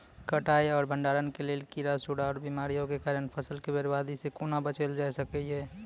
कटाई आर भंडारण के लेल कीड़ा, सूड़ा आर बीमारियों के कारण फसलक बर्बादी सॅ कूना बचेल जाय सकै ये?